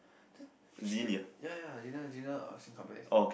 she came ya ya Gina Gina uh same company as me